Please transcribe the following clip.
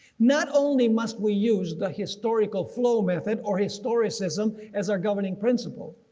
not only must we use the historical flow method or historicism as our governing principle.